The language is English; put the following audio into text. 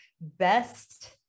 best